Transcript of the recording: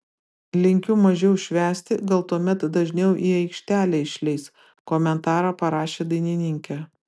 linkiu mažiau švęsti gal tuomet dažniau į aikštelę išleis komentarą parašė dainininkė